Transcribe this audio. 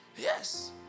Yes